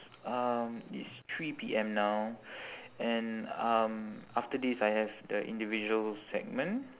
um it's three P_M now and um after this I have the individual segment